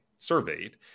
Surveyed